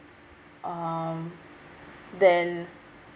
um than